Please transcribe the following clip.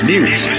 News